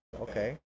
okay